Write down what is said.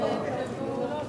העברת סמכויות